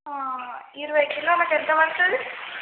ఇరవై కిలోలకి ఎంత పడుతుంది